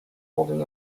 holding